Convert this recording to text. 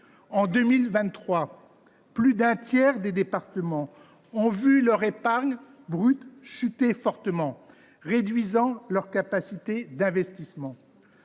En 2023, plus d’un tiers d’entre eux ont vu leur épargne brute chuter fortement, réduisant d’autant leurs capacités d’investissement.